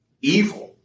evil